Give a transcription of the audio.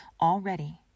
Already